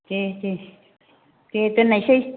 दे दे दे दोननायसै